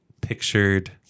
pictured